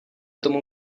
tomu